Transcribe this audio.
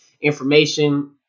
information